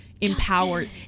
empowered